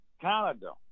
Canada